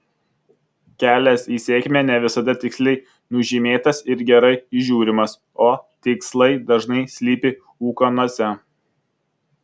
kelias į sėkmę ne visada tiksliai nužymėtas ir gerai įžiūrimas o tikslai dažnai slypi ūkanose